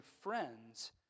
friends